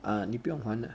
ah 你不用还了